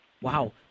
Wow